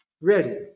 ready